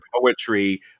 poetry